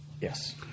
Yes